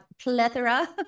plethora